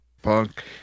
Punk